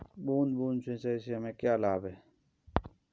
बूंद बूंद सिंचाई से हमें क्या लाभ है?